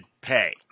pay